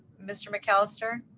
mr. mcallister?